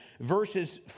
verses